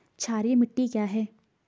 क्षारीय मिट्टी क्या है?